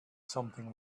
something